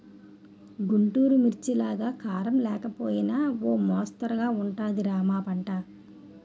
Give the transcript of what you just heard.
గుంటూరు మిర్చిలాగా కారం లేకపోయినా ఓ మొస్తరుగా ఉంటది రా మా పంట